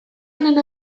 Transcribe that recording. honen